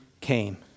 came